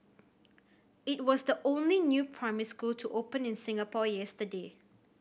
it was the only new primary school to open in Singapore yesterday